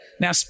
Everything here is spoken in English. Now